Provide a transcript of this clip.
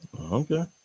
Okay